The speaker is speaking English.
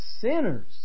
sinners